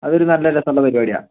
അതൊരു നല്ല രസമുള്ള പരിപാടിയാണ്